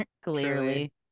clearly